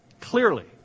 clearly